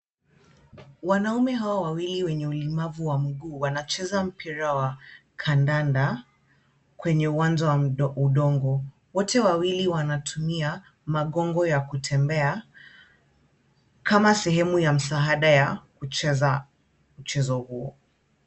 Wanaume hawa wawili wenye ulemavu wa mguu wanacheza mpira wa kandanda kwenye uwanja wa udongo. Wote wawili wanatumia magongo ya kutembea kama sehemu ya msaada ya kucheza mchezo huo.